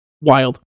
Wild